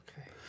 Okay